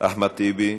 אחמד טיבי,